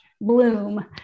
bloom